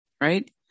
Right